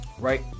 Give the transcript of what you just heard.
right